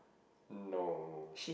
no